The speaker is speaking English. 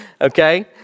okay